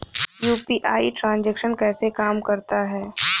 UPI transaction कैसे काम करता है?